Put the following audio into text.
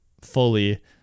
fully